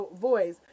voice